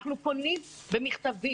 אנחנו פונים במכתבים,